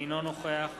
אינו נוכח